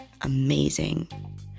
amazing